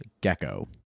gecko